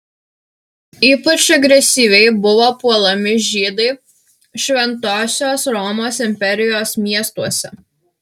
ypač agresyviai buvo puolami žydai šventosios romos imperijos miestuose